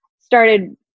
started